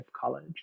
college